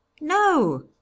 No